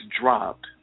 dropped